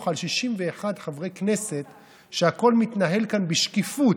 על 61 חברי כנסת שהכול מתנהל כאן בשקיפות,